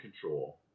control